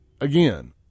again